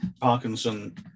Parkinson